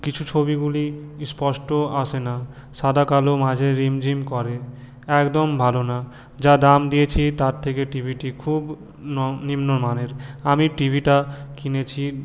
কিছু ছবিগুলি স্পষ্ট আসেনা সাদা কালো মাঝে রিমঝিম করে একদম ভালো না যা দাম দিয়েছি তার থেকে টিভিটি খুব নম নিম্ন মানের আমি টিভিটা কিনেছি